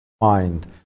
mind